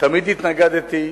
תמיד התנגדתי,